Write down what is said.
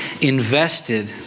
invested